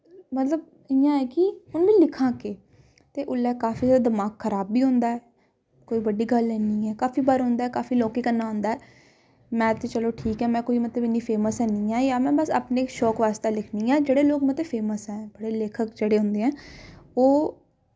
मतलब इ'यां ऐ कि में लिखां केह् ते उसलै काफी जैदा दमाग खराब बी होंदा ऐ कोई बड्डी गल्ल निं ऐ काफी बार होंदा ऐ काफी लोकें कन्नै होंदा ऐ मैं ते चलो ठीक ऐ में ते कोई इन्नी मती फेमस निं ऐ जां में अपने शौक बास्तै लिखनी ऐं जेह्ड़े लोक मतलब फेमस ऐं लेखक जेह्ड़े होंदे ऐं ओह्